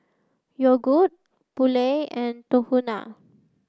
Yogood Poulet and Tahuna